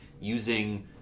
using